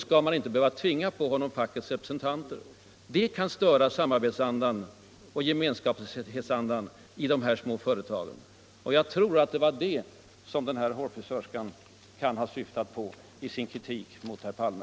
Detta kan få rakt motsatta effekter mot dem man eftersträvar och störa samarbetsoch gemenskapsandan i småföretagen. Jag tror att det var detta som den här hårfrisörskan syftade på i sin kritik av herr Palme.